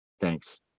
Thanks